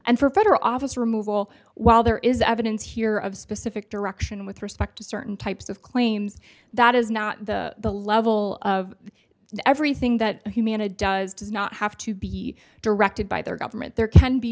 and for federal office removal while there is evidence here of a specific direction with respect to certain types of claims that is not the the level of everything that humana does does not have to be directed by their government there can be